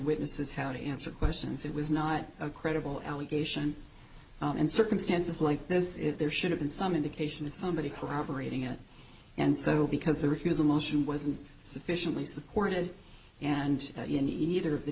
witnesses how to answer questions it was not a credible allegation and circumstances like this it there should have been some indication of somebody corroborating it and so because the recusal motion wasn't sufficiently supported and in either